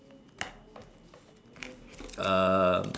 um